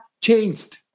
changed